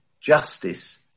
justice